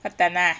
快点 lah